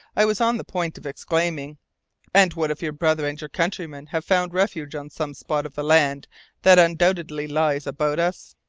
i was on the point of exclaiming and what if your brother and your countrymen have found refuge on some spot of the land that undoubtedly lies about us?